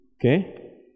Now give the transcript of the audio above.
okay